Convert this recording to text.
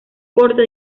corte